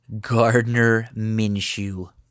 Gardner-Minshew